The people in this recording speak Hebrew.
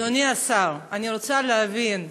אדוני השר, אני רוצה להבין,